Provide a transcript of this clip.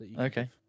Okay